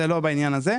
זה לא בעניין הזה.